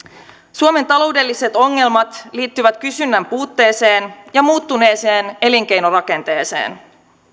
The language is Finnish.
suomen taloudelliset ongelmat liittyvät kysynnän puutteeseen ja muuttuneeseen elinkeinorakenteeseen